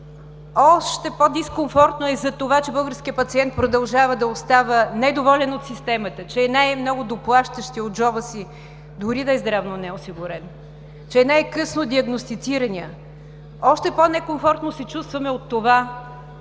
Още по-дискомфортно е това, че българският пациент продължава да остава недоволен от системата, че е най много доплащащият от джоба си, дори и да е здравно осигурен, че е най-късно диагностицираният. Още по-некомфортно се чувстваме от това,